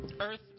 earth